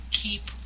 keep